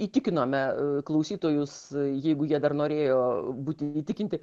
įtikinome klausytojus jeigu jie dar norėjo būti įtikinti